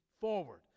forward